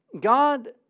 God